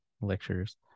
lectures